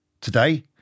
today